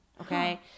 Okay